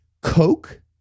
Coke